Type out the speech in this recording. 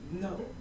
No